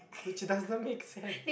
which doesn't make sense